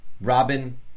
Robin